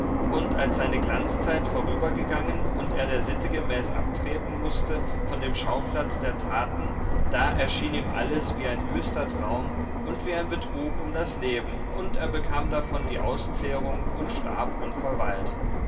und als seine glanzzeit vorübergegangen und er der sitte gemäß abtreten mußte von dem schauplatz der taten da erschien ihm alles wie ein wüster traum und wie ein betrug um das leben und er bekam davon die auszehrung und starb unverweilt